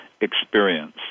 experience